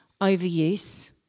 overuse